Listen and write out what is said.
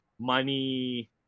money